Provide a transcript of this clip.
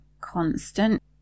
constant